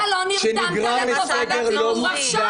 למה לא נרתמת לטובת הציבור עכשיו?